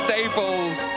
Staples